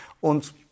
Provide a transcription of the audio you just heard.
und